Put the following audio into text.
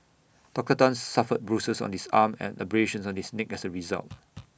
Doctor Tan suffered bruises on his arm and abrasions on his neck as A result